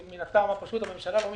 מן הטעם הפשוט: הממשלה לא מתכנסת.